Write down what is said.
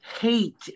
hate